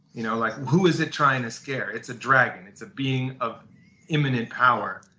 you know like who is it trying to scare? it's a dragon. it's a being of imminent power.